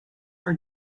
are